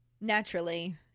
Naturally